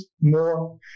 more